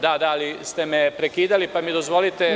Da, da, ali ste me prekidali, pa mi dozvolite…